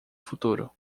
futuro